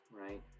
right